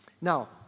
Now